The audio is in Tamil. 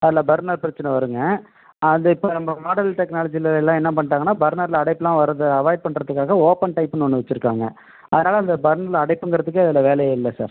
அதில் பர்னர் பிரச்சனை வருங்க அது இப்போ நம்ம மாடல் டெக்னாலஜிலலாம் என்ன பண்ணிட்டாங்கன்னால் பர்னர்ல அடைப்புலாம் வர்றதை அவாய்ட் பண்ணுறதுக்காக ஓப்பன் டைப்னு ஒன்று வச்சிருக்காங்கள் அதனால் அந்த பர்னர்ல அடைப்புங்கிறதுக்கே அதில் வேலையே இல்லை சார்